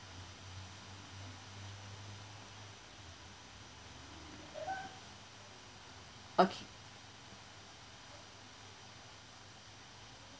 okay